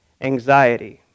anxiety